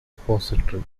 repository